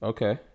Okay